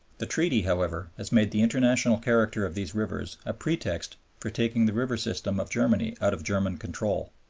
the treaty, however, has made the international character of these rivers a pretext for taking the river system of germany out of german control.